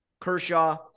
Kershaw